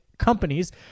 companies